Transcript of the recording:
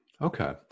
okay